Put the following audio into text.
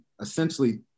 essentially